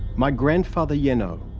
my grandfather, yeah jeno,